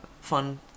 fun